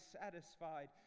satisfied